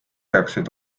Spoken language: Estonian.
peaksid